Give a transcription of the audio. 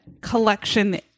Collection